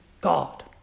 God